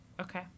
Okay